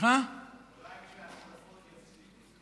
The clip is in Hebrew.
אולי כשהשרפות ייפסקו.